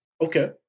Okay